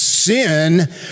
Sin